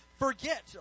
forget